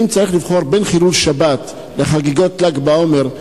אם צריך לבחור בין חילול שבת לחגיגות ל"ג בעומר,